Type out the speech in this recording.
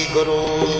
Guru